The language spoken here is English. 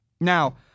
Now